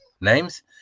names